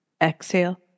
Exhale